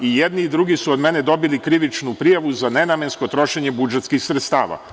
I jedni i drugi su od mene dobili krivičnu prijavu za nenamensko trošenje budžetskih sredstava.